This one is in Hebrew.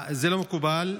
זה לא מקובל.